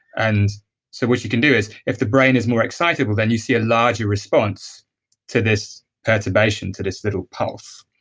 and so what you can do is if the brain is more excitable, then you see a larger response to this perturbation, to this little pulse